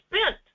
spent